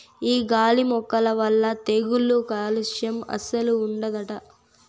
ఈ గాలి మొక్కల వల్ల తెగుళ్ళు కాలుస్యం అస్సలు ఉండదట